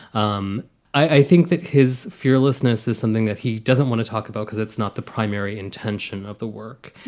um i think that his fearlessness is something that he doesn't want to talk about because it's not the primary intention of the work.